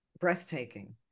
breathtaking